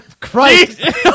Christ